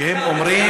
כי הם אומרים: